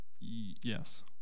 Yes